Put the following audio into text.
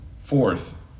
Fourth